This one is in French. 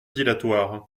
dilatoire